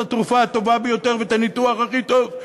התרופה הטובה ביותר ואת הניתוח הכי טוב,